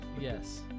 Yes